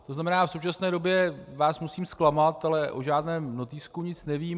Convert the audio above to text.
To znamená, v současné době vás musím zklamat, ale o žádném notýsku nic nevím.